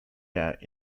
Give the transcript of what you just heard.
out